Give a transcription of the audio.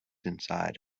inside